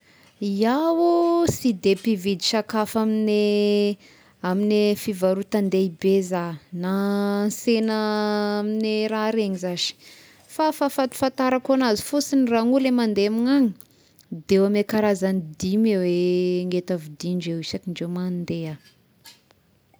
Iaho sy de mpividy sakafo amin'ny amin'ny fivarotan-dehibe zah, na sena amign'ny raha regny zashy, fa fahafatafatarako agnazy fosiny raha gny olo mandehy amignany de eo amign'ne karazagny dimy eo ny enta vidign'indreo isaky indreo mandeha.